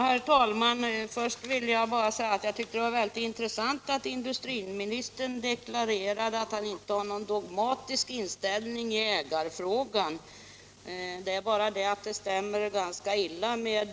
Herr talman! Först vill jag säga att det var verkligt intressant att höra industriministern deklarera att han inte har någon dogmatisk inställning i ägarfrågan — men detta uttalande stämmer ganska illa med